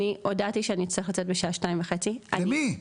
אני הודעתי שאני אצטרך לצאת בשתיים וחצי -- למי?